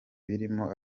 birimo